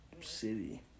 city